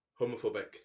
homophobic